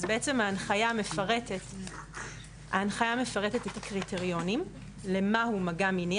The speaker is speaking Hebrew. בעצם ההנחיה מפרטת את הקריטריונים למה הוא מגע מיני.